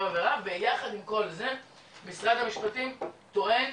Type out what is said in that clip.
עבירה ויחד עם כל זה משרד המשפטים טוען